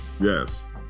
Yes